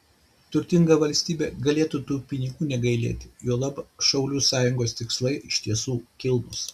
turtinga valstybė galėtų tų pinigų negailėti juolab šaulių sąjungos tikslai iš tiesų kilnūs